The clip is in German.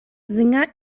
singer